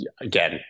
again